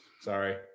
sorry